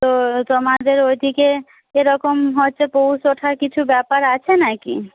তো তোমাদের ওই দিকে এরকম হচ্ছে পৌষ ওঠার কিছু ব্যাপার আছে না কি